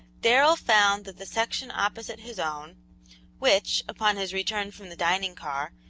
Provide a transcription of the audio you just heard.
darrell found that the section opposite his own which, upon his return from the dining-car,